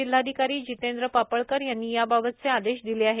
जिल्हाधिकारी जितेंद्र पापळकर यांनी याबाबतचे आदेश दिले आहेत